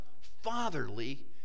fatherly